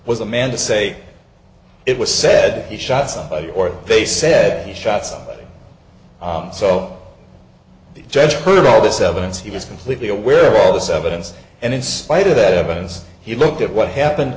was a man to say it was said he shot somebody or they said he shot somebody so the judge who are all this evidence he was completely aware of all this evidence and in spite of that evidence he looked at what happened